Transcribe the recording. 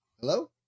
Hello